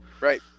Right